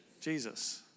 Jesus